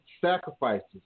Sacrifices